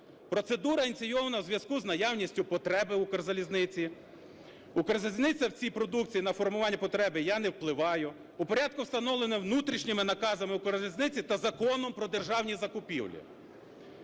процедура ініційована у зв'язку з наявністю потреби "Укрзалізниці". "Укрзалізниця" в цій продукції, на формування потреби я не впливаю. В порядку, встановленому внутрішніми наказами "Укрзалізниці" та Законом про державні закупівлі.